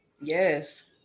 Yes